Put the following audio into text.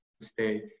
stay